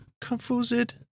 confused